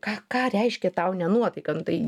ką ką reiškia tau ne nuotaika nu tai